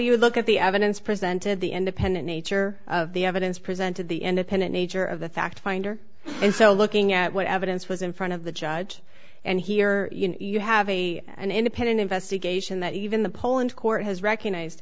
you look at the evidence presented the independent nature of the evidence presented the independent nature of the fact finder and so looking at what evidence was in front of the judge and here you have a an independent investigation that even the poland court has recognized